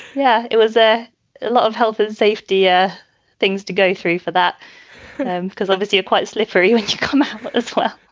yeah, it was a lot of health and safety ah things to go through for that because obviously a quite slippery when and you come as well